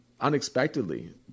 unexpectedly